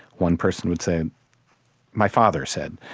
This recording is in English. one person would say my father said,